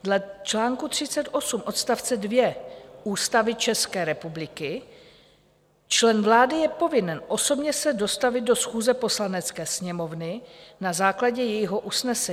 Dle čl. 38 odst. 2 Ústavy České republiky člen vlády je povinen osobně se dostavit do schůze Poslanecké sněmovny na základě jejího usnesení.